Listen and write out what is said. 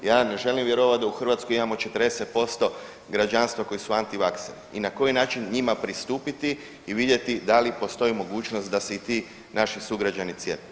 Ja ne želim vjerovati da u Hrvatskoj imamo 40% građanstva koji su antivakseri i na koji način njima pristupiti i vidjeti da li postoji mogućnost da se i ti naši sugrađani cijepe.